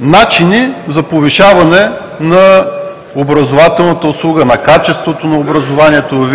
начини за повишаване на образователната услуга, на качеството на образованието във